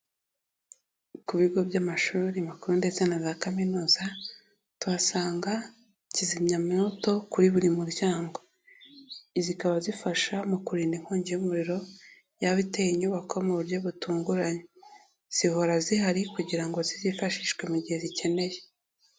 Ku bigo by'amashuri makuru ndetse na za kaminuza, tuhasanga kizimyamwoto kuri buri muryango, izikaba zifasha mu kurinda inkongi y'umuriro yaba iteye inyubako mu buryo butunguranye. Zihora zihari kugira ngo zizifashishwe mu gihe zikeneye.